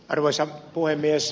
arvoisa puhemies